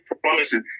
promises